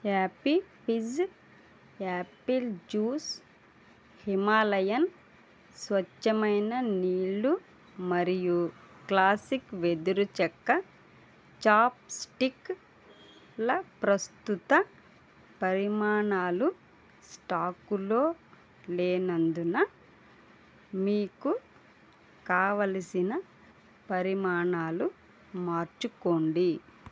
యాపీ Fizz apple juice Himalayan స్వచ్ఛమైన నీళ్లు మరియు క్లాసిక్ వెదురుచెక్క చాప్స్టిక్ల ప్రస్తుత పరిమాణాలు స్టాకులో లేనందున మీకు కావలసిన పరిమాణాలు మార్చుకోండి